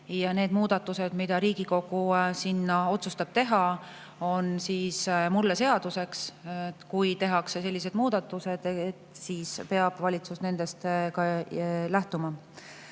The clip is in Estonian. ja need muudatused, mida Riigikogu otsustab sinna teha, on mulle seaduseks. Kui tehakse sellised muudatused, siis peab valitsus nendest ka lähtuma. Mis